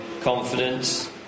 confidence